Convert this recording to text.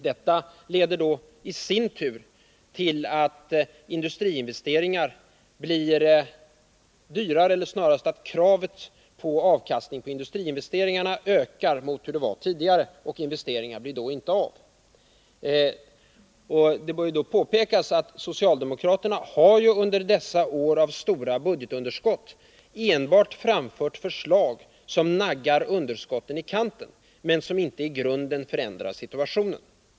Detta leder då i sin tur till att industriinvesteringar blir dyrare — eller snarast att kravet på avkastning på industriinvesteringarna ökar mot vad det var tidigare, och investeringarna blir då inte av. Det bör påpekas att socialdemokraterna under dessa år av stora budgetunderskott enbart har framfört förslag som naggar underskotten i kanten men som inte i grunden förändrar situationen.